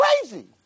crazy